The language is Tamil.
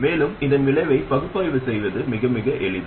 மேலும் இதன் விளைவை பகுப்பாய்வு செய்வது மிக மிக எளிது